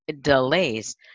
delays